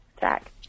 Jack